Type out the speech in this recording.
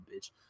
bitch